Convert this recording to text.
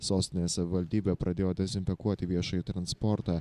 sostinės savivaldybė pradėjo dezinfekuoti viešąjį transportą